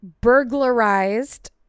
burglarized